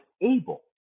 able